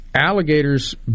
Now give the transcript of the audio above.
alligators